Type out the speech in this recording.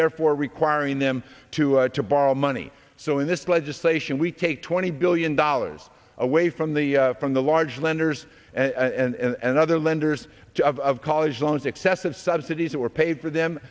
therefore requiring them to have to borrow money so in this legislation we take twenty billion dollars away from the from the large lenders and other lenders to of college loans excessive subsidies or pay for them